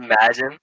Imagine